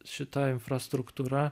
šita infrastruktūra